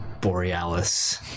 borealis